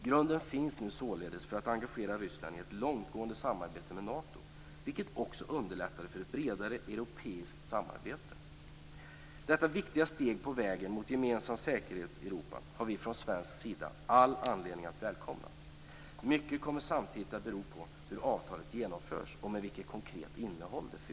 Grunden finns således för att Ryssland skall engageras i ett långtgående samarbete med Nato, vilket också underlättar ett bredare europeiskt samarbete. Detta viktiga steg på vägen mot gemensam säkerhet i Europa har vi från svensk sida all anledning att välkomna. Mycket kommer samtidigt att bero på hur avtalet genomförs och med vilket konkret innehåll det fylls.